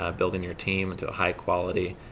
ah building your team to a high quality,